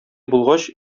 булгач